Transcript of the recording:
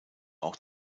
auch